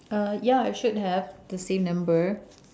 uh yeah it should have the same number